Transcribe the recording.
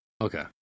okay